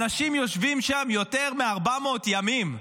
אנשים יושבים שם יותר מ-400 ימים,